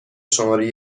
شماره